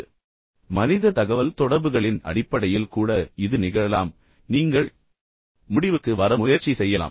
எனவே மனித தகவல்தொடர்புகளின் அடிப்படையில் கூட இது நிகழலாம் நீங்கள் ஒரு விஷயத்தைப் பார்க்கலாம் பின்னர் நீங்கள் முடிவுக்கு வர முயற்சி செய்யலாம்